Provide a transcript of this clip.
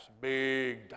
big